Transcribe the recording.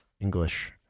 English